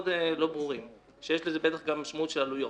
לא ברורים ויש להם בטח גם משמעויות של עלויות.